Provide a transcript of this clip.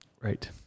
Right